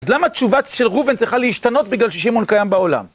אז למה התשובה של ראובן צריכה להשתנות בגלל ששמעון קיים בעולם?